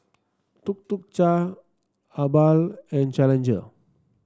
Tuk Tuk Cha Habhal and Challenger